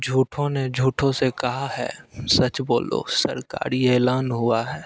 झूठो ने झूठो से कहा है सच बोलो सरकारी ऐलान हुआ है